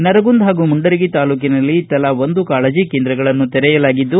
ನರಗುಂದ ಹಾಗೂ ಮುಂಡರಗಿ ತಾಲೂಕಿನಲ್ಲಿ ತಲಾ ಒಂದು ಕಾಳಜಿ ಕೇಂದ್ರಗಳನ್ನು ತೆರೆಯಲಾಗಿದ್ದು